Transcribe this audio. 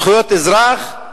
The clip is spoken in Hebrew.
זכויות אזרח,